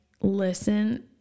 listen